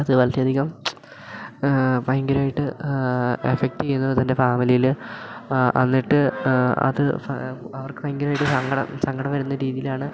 അത് വളരെയധികം ഭയങ്കരമായിട്ട് എഫക്ട് ചെയ്യുന്നത് തൻ്റെ ഫാമിലീയില് എന്നിട്ട് അത് അവർക്ക് ഭയങ്കരമായിട്ട് സങ്കടം സങ്കടം വരുന്ന രീതിയിലാണ്